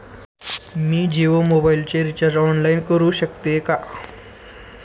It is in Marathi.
मी जियो मोबाइलचे रिचार्ज ऑनलाइन करू शकते का?